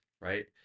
right